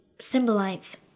symbolize